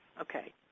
okay